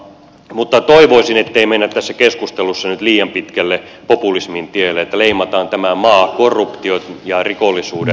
mutta toivoisin ettei mennä tässä keskustelussa nyt liian pitkälle populismin tielle että leimataan tämä maa korruption ja rikollisuuden maaksi